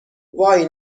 وای